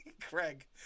craig